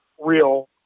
real